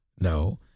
No